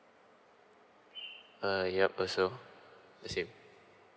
uh yup also the same